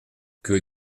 que